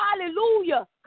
Hallelujah